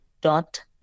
dot